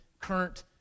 current